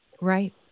Right